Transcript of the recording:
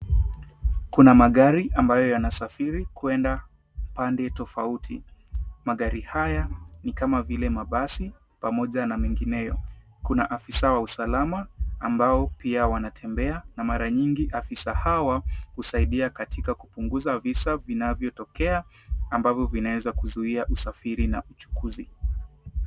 Kuna magari ambayo yanasafiri kwenda pande tofauti. Magari haya ni kama vile mabasi pamoja na mengineyo. Kuna afisa wa usalama ambao pia wanatembea na mara nyingi afisa hawa kusaidia katika kupunguza visa vinavyotokea ambavyo vinaweza kuzuia usafiri na uchukuzi.